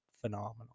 phenomenal